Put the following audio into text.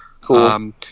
Cool